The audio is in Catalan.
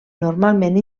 normalment